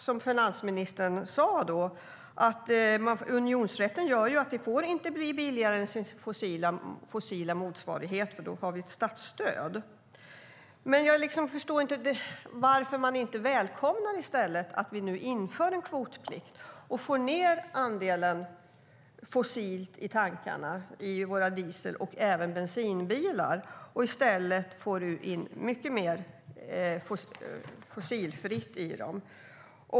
Som finansministern sade gör unionsrätten att det inte får bli billigare än den fossila motsvarigheten, för då har vi ett statsstöd. Jag förstår inte varför man inte välkomnar att vi nu inför en kvotplikt och får ned andelen fossilt i tankarna i våra diesel och bensinbilar och får in mycket mer fossilfritt i dem.